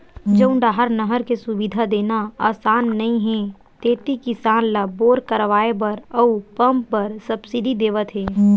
जउन डाहर नहर के सुबिधा देना असान नइ हे तेती किसान ल बोर करवाए बर अउ पंप बर सब्सिडी देवत हे